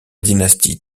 dynastie